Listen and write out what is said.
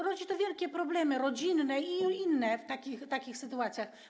Rodzi to wielkie problemy, rodzinne i inne, w takich sytuacjach.